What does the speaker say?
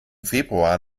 februar